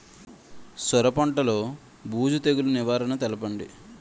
సొర పంటలో బూజు తెగులు నివారణ తెలపండి?